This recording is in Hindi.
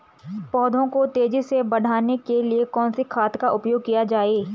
पौधों को तेजी से बढ़ाने के लिए कौन से खाद का उपयोग किया जाए?